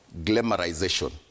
glamorization